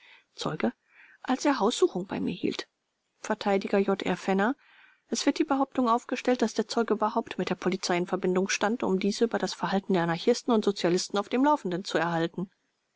zeuge als er haussuchung bei mir hielt vert j r fenner es wird die behauptung aufgestellt daß der zeuge überhaupt mit der polizei in verbindung stand um diese über das verhalten der anarchisten und sozialisten auf dem laufenden zu erhalten